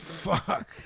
Fuck